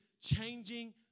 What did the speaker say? changing